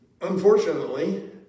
Unfortunately